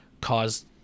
caused